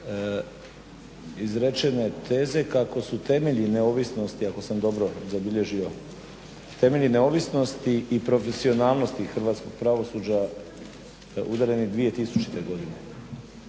izrečene teze kako su temelji neovisnosti ako sam dobro zabilježio, temelji neovisnosti i profesionalnosti hrvatskog pravosuđa udareni 2000. godine.